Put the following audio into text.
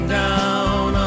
down